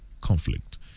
conflict